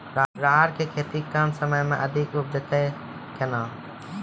राहर की खेती कम समय मे अधिक उपजे तय केना?